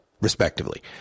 respectively